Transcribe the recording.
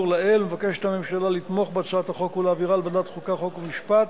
החוק, ועדת החוקה, חוק ומשפט.